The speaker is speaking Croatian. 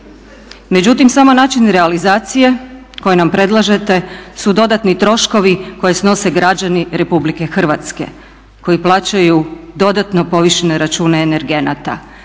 Međutim, sam način realizacije koji nam predlažete su dodatni troškovi koje snose građani RH koji plaćaju dodatno povišene račune energenata.